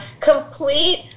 complete